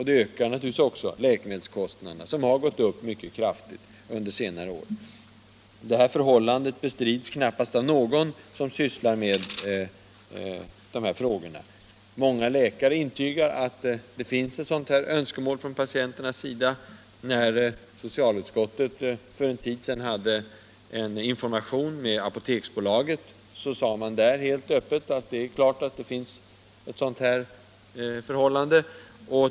Det ökar naturligtvis också läkemedelskostnaderna, som har gått upp mycket kraftigt under senare år. Detta förhållande bestrids knappast av någon som sysslar med de här frågorna. Många läkare intygar att det finns ett sådant här önskemål från patienternas sida. När socialutskottet för en tid sedan hade ett informationsmöte med Apoteksbolaget sade man där helt öppet att det var klart att det fanns ett sådant här förhållande.